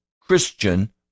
Christian